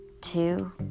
two